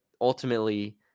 ultimately